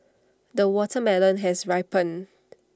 the watermelon has ripened